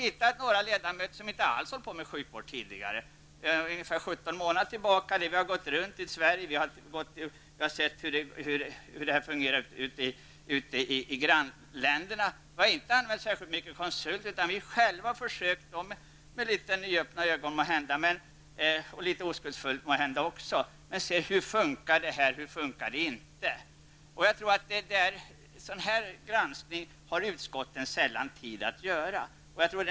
Vi är några ledamöter som inte alls har sysslat med sjukvård tidigare. Men under en period omfattande ungefär 17 månader har vi åkt runt i Sverige, och vi har även studerat förhållandena i våra grannländer. Konsulter har inte anlitats i någon större utsträckning, utan vi har själva -- måhända så att säga med litet nyöppnade ögon och litet oskuldsfullt -- undersökt hur det hela fungerar eller inte fungerar. Jag tror att utskotten sällan har tid att göra en sådan granskning.